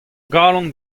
galon